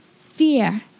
fear